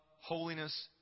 holiness